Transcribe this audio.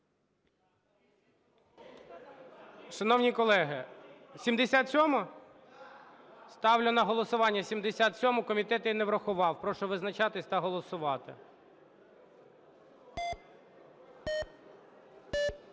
Шановні колеги! 77-а? Ставлю на голосування 77-у. Комітет її не врахував. Прошу визначатись та голосувати.